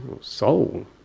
soul